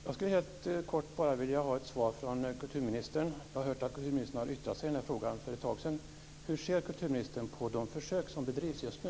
Jag skulle vilja ha ett svar från kulturministern. Jag har hört att kulturministern för en tid sedan yttrade sig i den här frågan. Hur ser kulturministern på de försök som bedrivs just nu?